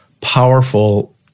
powerful